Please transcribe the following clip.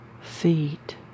feet